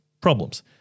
problems